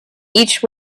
each